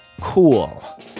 cool